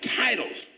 titles